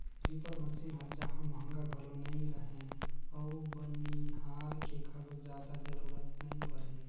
reaper machine हर जहां महंगा घलो नई रहें अउ बनिहार के घलो जादा जरूरत नई परे